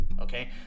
Okay